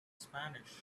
spanish